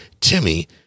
Timmy